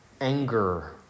anger